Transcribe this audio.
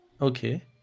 okay